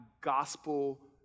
gospel